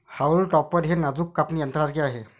haulm topper हे नाजूक कापणी यंत्रासारखे आहे